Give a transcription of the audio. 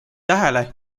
tähele